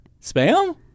Spam